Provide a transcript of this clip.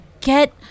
get